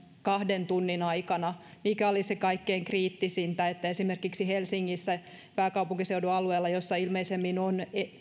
kahden tunnin aikana mikä olisi kaikkein kriittisintä esimerkiksi helsingissä pääkaupunkiseudun alueella missä ilmeisimmin on